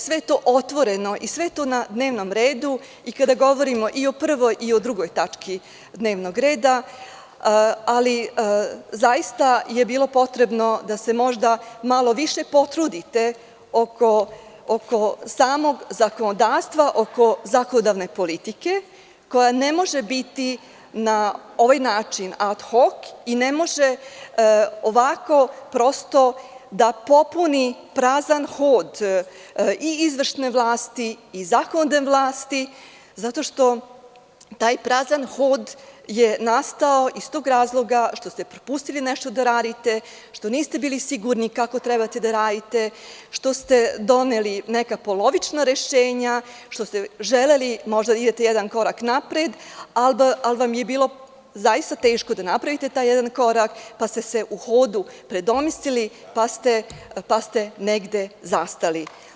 Sve je to otvoreno i sve je to na dnevnom redu i kada govorimo i o 1. i o 2. tački dnevnog reda, ali je bilo potrebno da se možda malo više potrudite oko samog zakonodavstva, oko zakonodavne politike koja ne može biti na ovaj način ad hoc i ne može ovako prosto da popuni prazan hod i izvršne vlasti i zakonodavne vlasti, zato što taj prazan hod je nastao iz tog razloga što ste propustili nešto da radite, što niste bili sigurni kako treba da radite, što ste doneli neka polovična rešenja, što ste želeli možda da idete jedan korak napred, ali vam je bilo zaista teško da napravite taj jedan korak, pa ste se u hodu predomislili, pa ste negde zastali.